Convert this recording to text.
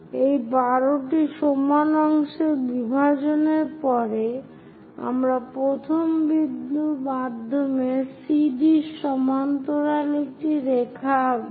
এই 12 টি সমান অংশের বিভাজনের পর আমরা প্রথম বিন্দুর মাধ্যমে CDর সমান্তরাল একটি রেখা আঁকব